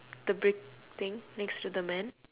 the brick thing next to the man